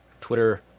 Twitter